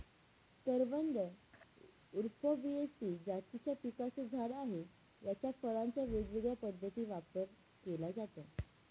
करवंद उफॉर्बियेसी जातीच्या पिकाचं झाड आहे, याच्या फळांचा वेगवेगळ्या पद्धतीने वापर केला जातो